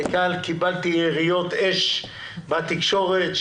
קיבלנו יריות אש בתקשורת,